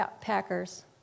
Packers